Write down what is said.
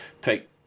take